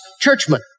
churchmen